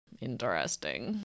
Interesting